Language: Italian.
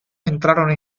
entrarono